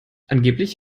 angeblich